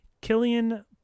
Killian